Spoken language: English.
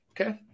okay